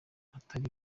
atari